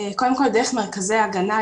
קודם כל דרך מרכזי ההגנה,